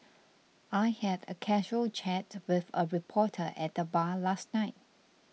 I had a casual chat with a reporter at the bar last night